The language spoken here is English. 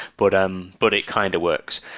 but um but it kind of works.